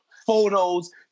Photos